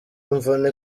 imvune